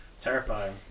terrifying